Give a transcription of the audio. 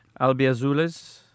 Albiazules